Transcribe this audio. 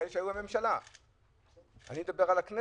אני לא מדבר על הממשלה.